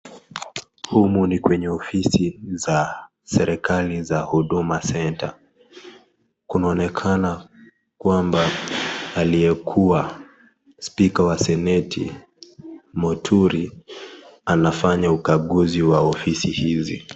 Humu ni kwenye ofisi za serikali za Huduma Centre. Kunaonekana kwamba aliyekuwa spika wa seneti Muturi anafanya ukaguzi wa ofisi hizi.